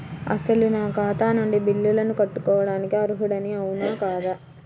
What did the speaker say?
అసలు నా ఖాతా నుండి బిల్లులను కట్టుకోవటానికి అర్హుడని అవునా కాదా?